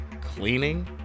cleaning